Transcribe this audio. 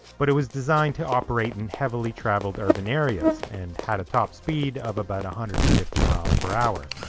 but it was designed to operate in heavily travelled urban areas and had a top speed of about one hundred and fifty miles per hour.